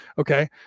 Okay